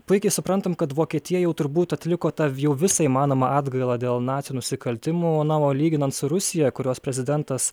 puikiai suprantam kad vokietija jau turbūt atliko tą jau visą įmanomą atgailą dėl nacių nusikaltimų na o lyginant su rusija kurios prezidentas